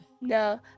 No